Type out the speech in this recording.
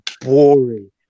boring